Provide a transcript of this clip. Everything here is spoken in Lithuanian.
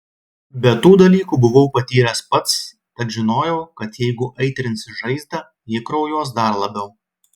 bet tų dalykų buvau patyręs pats tad žinojau kad jeigu aitrinsi žaizdą ji kraujuos dar labiau